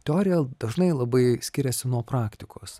teorija dažnai labai skiriasi nuo praktikos